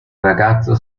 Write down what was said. ragazzo